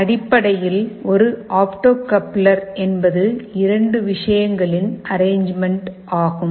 அடிப்படையில் ஒரு opto coupler என்பது இரண்டு விஷயங்களின் அறெனஜ்மெண்ட் ஆகும்